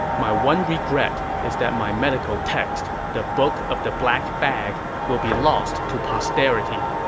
my one regret is that my medical text, the book of the black bag, will be lost to posterity.